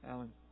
Alan